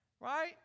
right